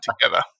together